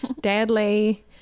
deadly